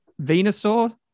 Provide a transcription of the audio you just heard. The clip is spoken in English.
Venusaur